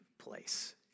place